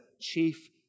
chief